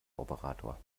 operator